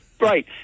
Right